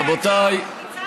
רבותיי,